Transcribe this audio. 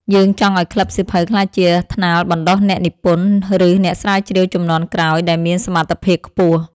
យើងចង់ឱ្យក្លឹបសៀវភៅក្លាយជាថ្នាលបណ្ដុះអ្នកនិពន្ធ ឬអ្នកស្រាវជ្រាវជំនាន់ក្រោយដែលមានសមត្ថភាពខ្ពស់។